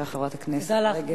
בבקשה, חברת הכנסת רגב.